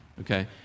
Okay